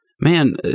man